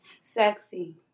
Sexy